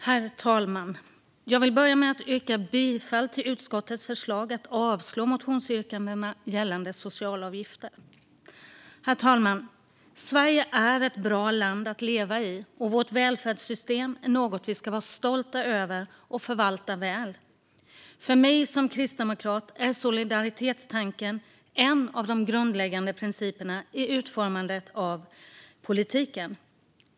Herr talman! Jag vill börja med att yrka bifall till utskottets förslag att avslå motionsyrkandena gällande socialavgifter. Herr talman! Sverige är ett bra land att leva i, och vårt välfärdsystem är något vi ska vara stolta över och förvalta väl. För mig som kristdemokrat är solidaritetstanken en av de grundläggande principerna i utformandet av politiken.